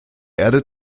erde